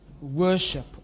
Worship